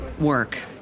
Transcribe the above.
work